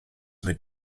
mit